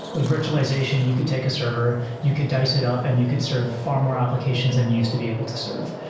with virtualization, you could take a server, you could dice it up and you could serve far more applications than you used to be able to serve.